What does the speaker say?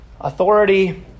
Authority